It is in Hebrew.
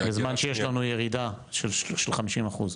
בזמן שיש לנו ירידה של 50 אחוז.